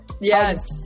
Yes